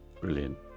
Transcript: Brilliant